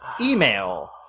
email